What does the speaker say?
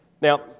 Now